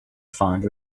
find